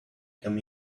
come